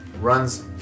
runs